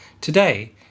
Today